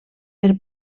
per